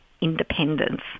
independence